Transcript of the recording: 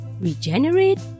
regenerate